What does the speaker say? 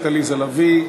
חברת הכנסת עליזה לביא.